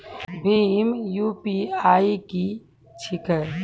भीम UPI की छीके?